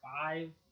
five